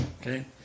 Okay